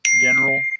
general